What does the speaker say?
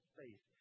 faith